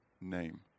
name